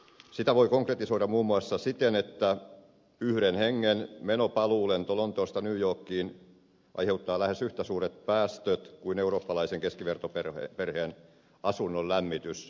sitä voi konkretisoida muun muassa siten että yhden hengen menopaluu lento lontoosta new yorkiin aiheuttaa lähes yhtä suuret päästöt kuin eurooppalaisen keskivertoperheen asunnon lämmitys vuodessa